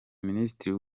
minisitiri